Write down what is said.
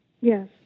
Yes